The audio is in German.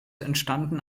entstanden